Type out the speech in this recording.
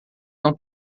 não